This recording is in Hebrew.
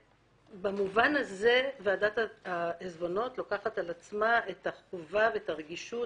במובן הזה ועדת העיזבונות לוקחת על עצמה את החובה ואת הרגישות